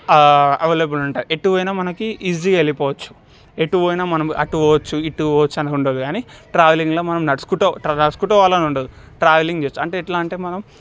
available ఉంటాయి ఎట్టు పోయిన మనకి ఈజీగా వెళ్ళిపోవచ్చు ఎట్టు పోయిన మనం అటు పోవచ్చు ఇటు పోవచ్చు అనుకుంటాం కాని ట్రావెలింగ్లో మనం నడుచుకుంటా నడుచుకుంటా పోవాలని ఉండదు ట్రావెలింగ్ జస్ట్ అంటే ఎట్లా అంటే మనం